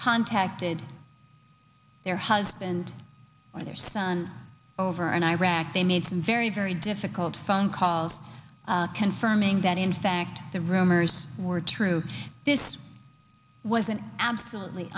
contacted their husband or their son over and iraq they made some very very difficult phone called confirming that in fact the rumors were true this was an absolutely